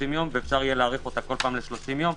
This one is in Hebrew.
יום ואפשר יהיה להאריך אותה כל פעם ל-30 יום.